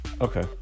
Okay